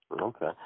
Okay